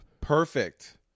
perfect